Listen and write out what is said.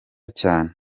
cyane